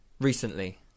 recently